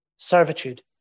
Servitude